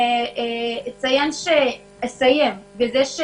אסיים בכך,